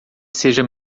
seja